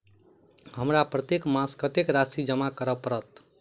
हमरा प्रत्येक मास कत्तेक राशि जमा करऽ पड़त?